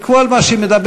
וכל מה שנדבר,